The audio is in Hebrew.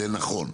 זה נכון,